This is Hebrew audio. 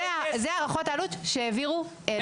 מיליון שקל זה הערכות העלות שהעבירו אליי.